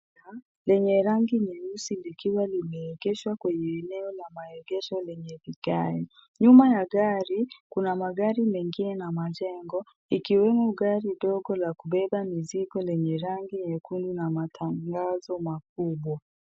Gari lenye rangi nyeusi likiwa limeegeshwa kwenye eneo la maegesho lenye vigae. Nyuma ya gari kuna magari mengine na majengo, ikiwemo gari ndogo la kubeba mizigo lenye rangi nyekundu na matangazo makubwa.